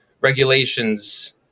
regulations